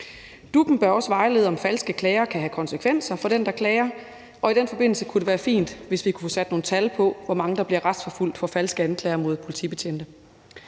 DUP'en bør også vejlede om, at falske klager kan have konsekvenser for den, der klager, og i den forbindelse kunne det være fint, hvis vi kunne få sat nogle tal på, hvor mange der bliver retsforfulgt for falske anklager mod politibetjente.